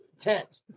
tent